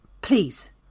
please